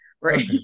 Right